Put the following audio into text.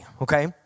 okay